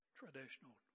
traditional